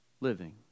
living